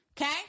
Okay